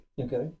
okay